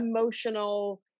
emotional